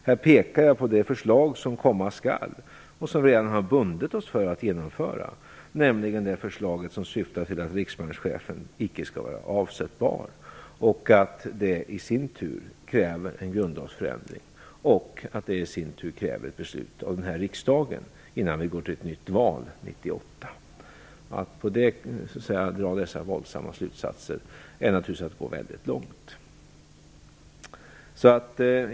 Här pekar jag på det förslag som komma skall och som vi redan har bundit oss för att genomföra, nämligen det förslag som syftar till att riksbankschefen icke skall vara avsättbar och att det i sin tur kräver en grundlagsändring, vilket i sin tur kräver ett beslut av den här riksdagen innan vi går till nytt val 1998. Att utifrån det dra dessa våldsamma slutsatser är naturligtvis att gå väldigt långt. Fru talman!